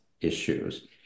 issues